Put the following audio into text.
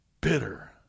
bitter